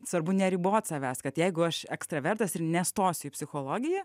svarbu neribot savęs kad jeigu aš ekstravertas ir nestosiu į psichologiją